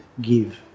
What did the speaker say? give